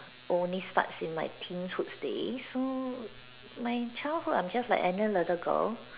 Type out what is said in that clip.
only start in my teen hood days so my childhood I'm just like any little girl